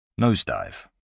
Nosedive